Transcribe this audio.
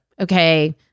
okay